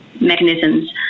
mechanisms